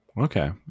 Okay